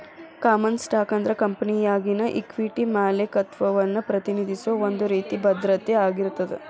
common stock ಅಂದ್ರ ಕಂಪೆನಿಯಾಗಿನ equity ಮಾಲೇಕತ್ವವನ್ನ ಪ್ರತಿನಿಧಿಸೋ ಒಂದ್ ರೇತಿ ಭದ್ರತೆ ಆಗಿರ್ತದ